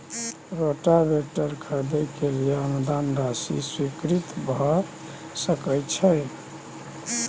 Rotavator खरीदे के लिए अनुदान राशि स्वीकृत भ सकय छैय?